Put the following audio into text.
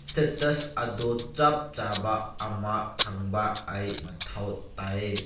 status ꯑꯗꯣ ꯆꯞ ꯆꯥꯕ ꯑꯃ ꯈꯪꯕ ꯑꯩ ꯃꯊꯧ ꯌꯥꯏ